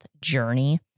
journey